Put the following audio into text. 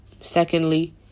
secondly